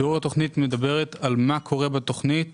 תיאור התכנית מדבר על מה קורה בתכנית